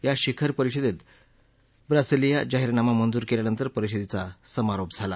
या शिखर परिषदेत ब्रासिलिया जाहीरनामा मंजूर केल्यानंतर परिषदेला समारोप झाला